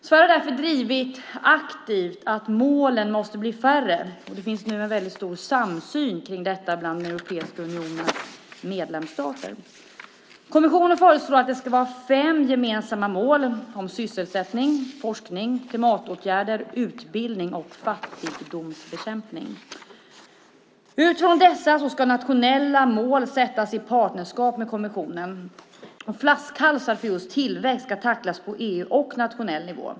Sverige har därför aktivt drivit att målen måste bli färre, och det finns nu en stor samsyn kring detta bland Europeiska unionens medlemsstater. Kommissionen föreslår att det ska vara fem gemensamma mål om sysselsättning, forskning, klimatåtgärder, utbildning och fattigdomsbekämpning. Utifrån dessa ska nationella mål sättas i partnerskap med kommissionen. Flaskhalsar för just tillväxt ska tacklas på EU-nivå och på nationell nivå.